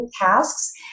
tasks